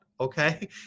okay